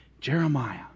jeremiah